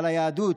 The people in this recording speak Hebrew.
אבל היהדות